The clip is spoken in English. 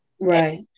Right